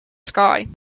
sky